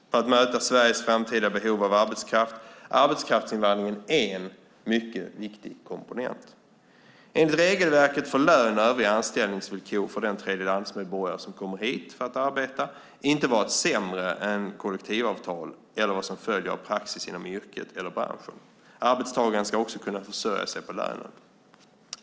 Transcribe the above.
För att möta Sveriges framtida behov av arbetskraft är arbetskraftsinvandringen en mycket viktig komponent. Enligt regelverket får lön och övriga anställningsvillkor för den tredjelandsmedborgare som kommer hit för att arbeta inte vara sämre än kollektivavtal eller vad som följer av praxis inom yrket eller branschen. Arbetstagaren ska också kunna försörja sig på lönen.